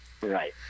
Right